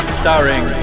starring